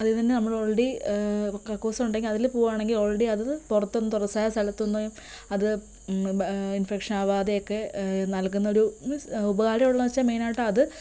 അതിൽ നിന്നുതന്നെ നമ്മൾ ഓൾറെഡി കക്കൂസുണ്ടെങ്കിൽ അതിൽ പോകുകയാണെങ്കിൽ ഓൾറെഡി അത് പുറത്തുനിന്ന് തുറസ്സായ സ്ഥലത്തുനിന്ന് അത് ഇൻഫെക്ഷൻ ആവാതെയൊക്കെ നൽകുന്നൊരു മീൻസ് ഉപകാരമുള്ളതെന്നു വെച്ചാൽ മെയ്നായിട്ട് അത്